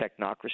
technocracy